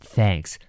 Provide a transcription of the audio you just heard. Thanks